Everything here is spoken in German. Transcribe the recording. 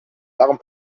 darum